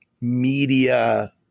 media